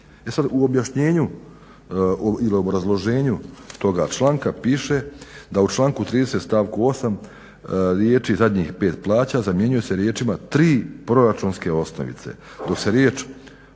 u objašnjenju ili obrazloženju toga članka piše da u članku 30.stavku 8 riječi zadnjih pet plaća zamjenjuje se riječima tri proračunske osnovice,